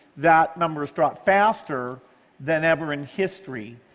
that number has dropped faster than ever in history,